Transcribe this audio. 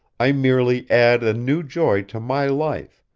i merely add a new joy to my life,